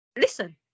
listen